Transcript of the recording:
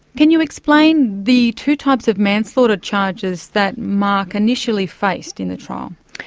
can you explain the two types of manslaughter charges that mark initially faced in the trial?